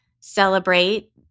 celebrate